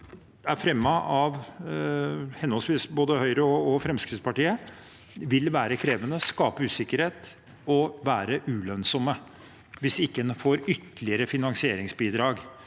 er fremmet av henholdsvis både Høyre og Fremskrittspartiet, vil være krevende, skape usikkerhet og være ulønnsomme hvis en ikke får ytterligere finansieringsbidrag